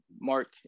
mark